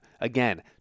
Again